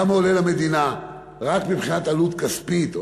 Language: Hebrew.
כמה זה עולה למדינה רק מבחינת עלות כספית,